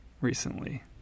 recently